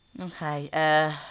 Okay